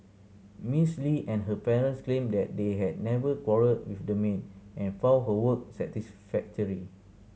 Miss Li and her parents claimed that they had never quarrelled with the maid and found her work satisfactory